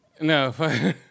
No